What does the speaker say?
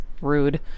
rude